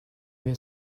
were